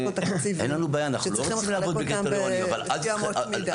יש פה תקציב שצריך לחלק אותם לפי אמות מידה.